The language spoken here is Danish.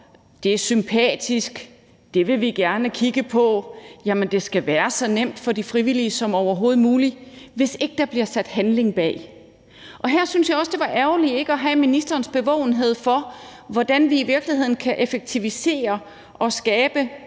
det er sympatisk, at det vil vi gerne kigge på, og at det skal være så nemt for de frivillige som overhovedet muligt, hvis ikke der bliver sat handling bag. Og her syntes jeg også det var ærgerligt ikke at have ministerens bevågenhed for, hvordan vi i virkeligheden kan effektivisere og skabe